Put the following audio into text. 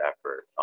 effort